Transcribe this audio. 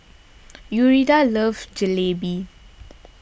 Yuridia loves Jalebi